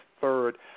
third